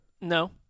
No